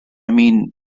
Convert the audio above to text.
mean